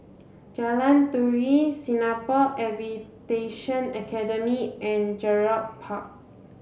Jalan Turi Singapore Aviation Academy and Gerald Park